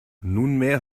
nunmehr